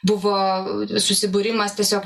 buvo susibūrimas tiesiog